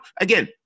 again